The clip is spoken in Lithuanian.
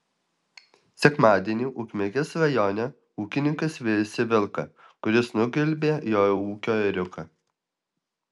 sekmadienį ukmergės rajone ūkininkas vijosi vilką kuris nugvelbė jo ūkio ėriuką